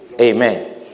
Amen